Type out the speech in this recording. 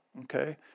okay